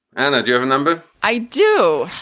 and i do have a number i do.